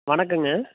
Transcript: வணக்கங்க